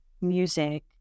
music